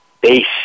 base